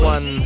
One